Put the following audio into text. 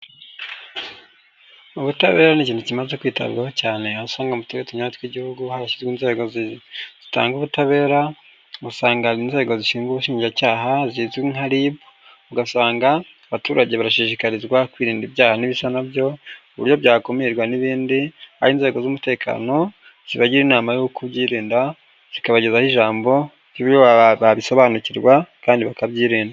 Ubutabera ni ikintu kimaze kwitabwaho cyane, aho usanga mu turere tunyuranye tw'Igihugu, harashyizwe inzego zitanga ubutabera, usanza inzego zishinzwe ubushinjacyaha zizwi nka RIB, ugasanga abaturage barashishikarizwa kwirinda ibyaha n' ibisa na byo, ku buryo byakumirwa n'ibindi, aho inzego z'umutekano, zibagira inama yo kubyirinda, zikabagezaho ijambo ry'uburyo babisobanukirwa kandi bakabyirinda.